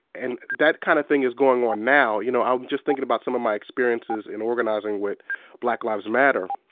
and that kind of thing is going on now. you know i was just thinking about some of my experiences in organizing with black lives matter.